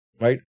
right